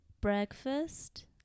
breakfast